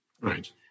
Right